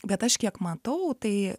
bet aš kiek matau tai